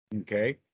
Okay